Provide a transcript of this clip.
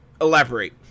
Elaborate